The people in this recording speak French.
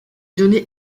donné